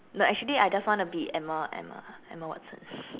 no actually I just want to be Emma Emma Emma Watson